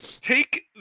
take